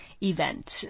event